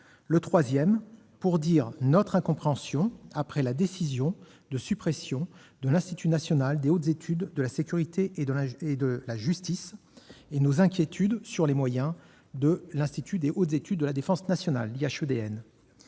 de l'État ; enfin, notre incompréhension après la décision de supprimer l'Institut national des hautes études de la sécurité et de la justice et nos inquiétudes sur les moyens de l'Institut des hautes études de défense nationale (IHEDN).